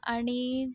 आणि